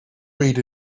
reed